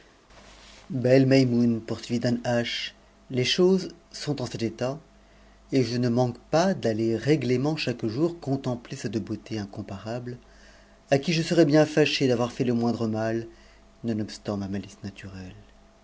belle maimoune poursuivit danhasch les choses sont eu cet état et je ne manque pas d'aller règlement chaque jour contempler cette heauté incomparable à qui je serais bien faiché d'avoir fait le moindre ma nonobstant ma malice naturelle